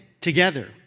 together